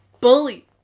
bully